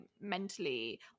mentally